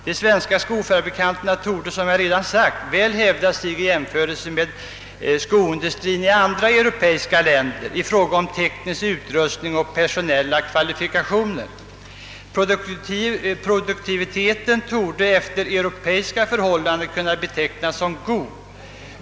De svenska skofabrikanterna torde väl hävda sig i jämförelse med skofabrikanterna i andra europeiska länder i fråga om teknisk utrustning och personella kvalifikationer. Produktiviteten torde efter europeiska förhållanden kunna betecknas som god.